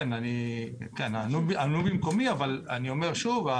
ענו במקומי אבל אני אומר שוב,